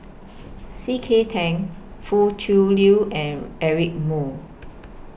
C K Tang Foo Tui Liew and Eric Moo